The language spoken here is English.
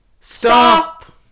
Stop